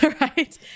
Right